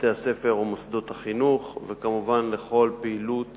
בתי-הספר או מוסדות החינוך, וכמובן לכל פעילות